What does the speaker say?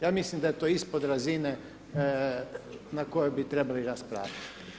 Ja mislim da je to ispod razine na kojoj bi trebali raspravljati.